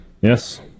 Yes